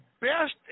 best